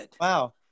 Wow